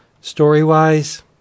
Story-wise